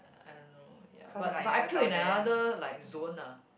I don't know ya but but I puked in another like zone ah